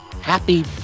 Happy